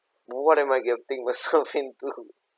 what am I getting myself into